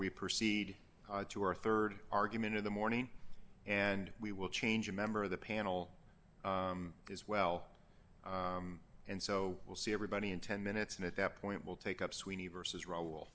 we proceed to our rd argument of the morning and we will change a member of the panel as well and so we'll see everybody in ten minutes and at that point will take up sweeney versus ro